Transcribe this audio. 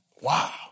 wow